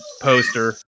poster